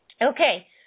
Okay